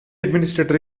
administrator